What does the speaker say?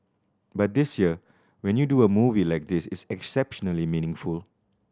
but this year when you do a movie like this it's exceptionally meaningful